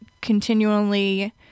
continually